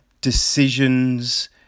decisions